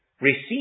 receive